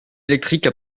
électrique